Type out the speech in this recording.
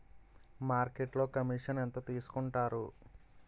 మార్కెట్లో కమిషన్ ఎంత తీసుకొంటారు?